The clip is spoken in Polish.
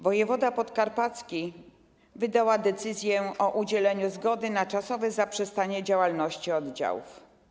Wojewoda podkarpacki wydała decyzję o udzieleniu zgody na czasowe zaprzestanie działalności oddziałów.